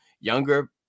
younger